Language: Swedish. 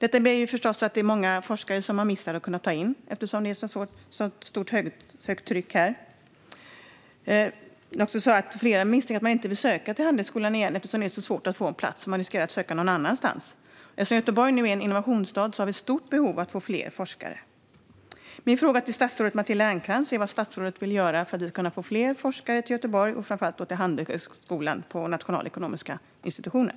Eftersom söktrycket är så högt innebär det förstås att man missar många forskare som skulle kunna tas in. Det finns också misstankar om att man inte vill söka till Handelshögskolan igen, eftersom det är så svårt att få en plats. Man riskerar alltså att de söker någon annanstans. Eftersom Göteborg är en innovationsstad har vi ett stort behov av fler forskare. Min fråga till statsrådet Matilda Ernkrans är vad hon vill göra för att vi ska kunna få fler forskare till Göteborg, framför allt till Handelshögskolan och nationalekonomiska institutionen.